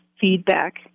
feedback